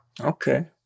Okay